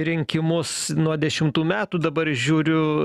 rinkimus nuo dešimtų metų dabar žiūriu